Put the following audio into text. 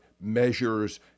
measures